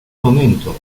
momento